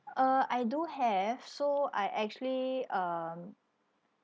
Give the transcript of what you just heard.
uh I do have so I actually um